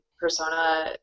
persona